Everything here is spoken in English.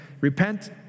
Repent